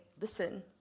listen